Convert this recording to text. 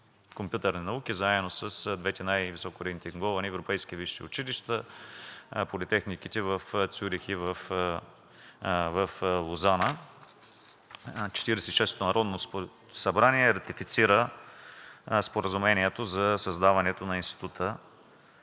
компютърни науки заедно с двете най-високо рейтинговани европейски висши училища – политехниките в Цюрих и в Лозана. Четиридесет и шестото народно събрание ратифицира Споразумението за създаването на Института